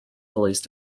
police